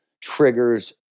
triggers